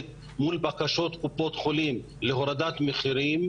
מול בקשות קופות החולים להורדת מחירים.